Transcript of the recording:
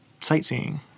sightseeing